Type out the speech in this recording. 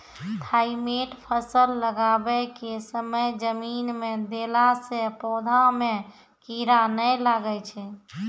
Thimet फ़सल लगाबै के समय जमीन मे देला से पौधा मे कीड़ा नैय लागै छै?